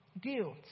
Guilt